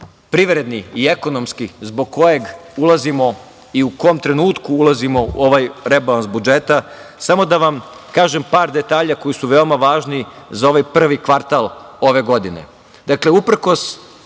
privredni i ekonomski zbog kojeg ulazimo i u kom trenutku ulazimo u ovaj rebalans budžeta, samo da vam kažem par detalja koji su veoma važni za ovaj prvi kvartal ove godine. Dakle,